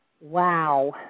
Wow